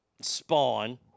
Spawn